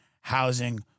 housing